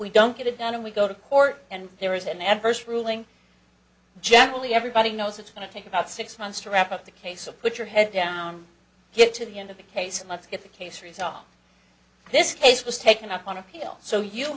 we don't get it done and we go to court and there is an adverse ruling generally everybody knows it's going to take about six months to wrap up the case of put your head down get to the end of the case and let's get the case resolved this case was taken up on appeal so you